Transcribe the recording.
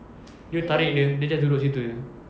you tarik dia dia just duduk situ jer